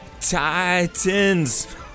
Titans